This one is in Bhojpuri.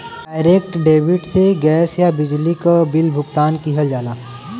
डायरेक्ट डेबिट से गैस या बिजली क बिल भुगतान किहल जाला